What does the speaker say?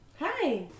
Hi